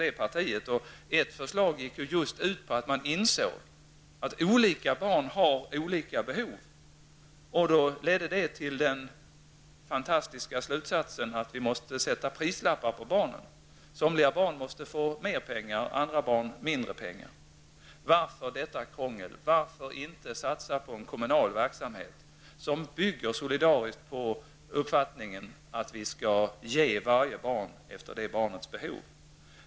Ett förslag gick ut på att man insåg att olika barn har olika behov. Det ledde till den fantastiska slutsatsen att vi måste sätta prislappar på barnen. Somliga barn måste få mer pengar, andra mindre. Varför detta krångel? Varför inte satsa på en kommunal verksamhet som bygger på den solidariska uppfattningen att vi skall ge varje barn efter det barnets behov?